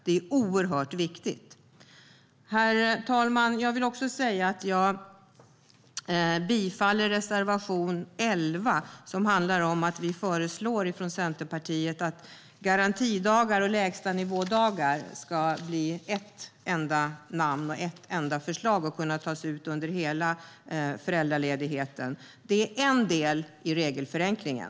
Det är oerhört viktigt. Herr talman! Jag yrkar bifall till reservation 11, där Centerpartiet föreslår att garantidagar och lägstanivådagar ska få ett enda namn och ett enda förslag och kunna tas ut under hela föräldraledigheten. Det är en del i regelförenklingen.